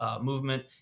movement